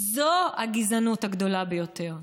זו הגזענות הגדולה ביותר.